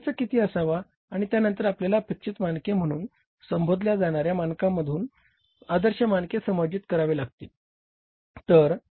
खर्च किती असावा आणि त्यानंतर आपल्याला अपेक्षित मानके म्हणून संबोधल्या जाणार्या मानकांनुसार आदर्श मानके समायोजित करावे लागतील